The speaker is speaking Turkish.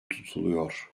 tutuluyor